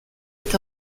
est